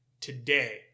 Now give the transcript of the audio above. today